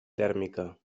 tèrmica